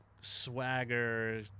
swagger